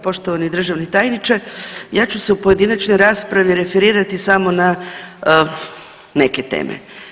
Poštovani državi tajniče ja ću se u pojedinačnoj raspravi referirati samo na neke teme.